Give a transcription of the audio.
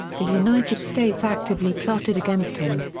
the united states actively plotted against him.